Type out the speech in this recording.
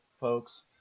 folks